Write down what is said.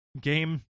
game